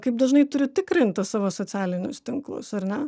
kaip dažnai turiu tikrinti savo socialinius tinklus ar ne